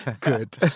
good